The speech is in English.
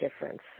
difference